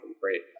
great